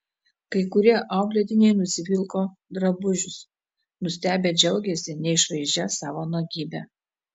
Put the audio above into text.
kai kurie auklėtiniai nusivilko drabužius nustebę džiaugėsi neišvaizdžia savo nuogybe